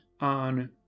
on